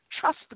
Trust